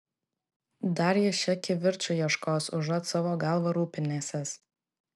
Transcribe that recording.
dar jis čia kivirču ieškos užuot savo galva rūpinęsis